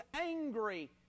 angry